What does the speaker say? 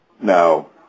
No